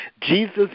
Jesus